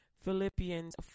Philippians